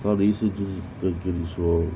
他的意思就是跟跟你说